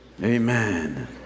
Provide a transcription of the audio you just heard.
Amen